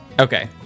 okay